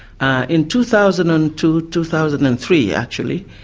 in two thousand and two, two thousand and three actually,